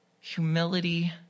Humility